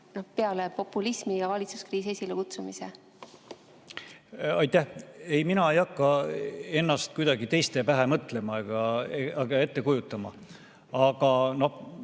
peale populismi ja valitsuskriisi esilekutsumise? Aitäh! Ei, mina ei hakka ennast kuidagi teiste pähe mõtlema ega ette kujutama. Aga noh,